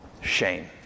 shame